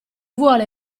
vuole